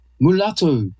mulatto